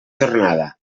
jornada